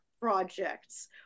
projects